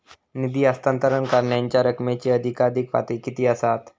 निधी हस्तांतरण करण्यांच्या रकमेची अधिकाधिक पातळी किती असात?